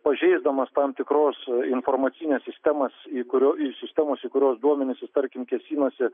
pažeisdamas tam tikros informacinės sistemos į kurių į sistemos į kurios duomenis jis tarkim kėsinosi